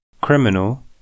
Criminal